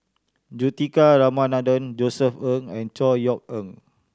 Juthika Ramanathan Josef Ng and Chor Yeok Eng